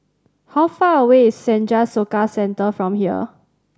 how far away is Senja Soka Centre from here